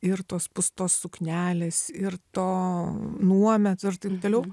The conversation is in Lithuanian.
ir tos pūstos suknelės ir to nuometo ir taip toliau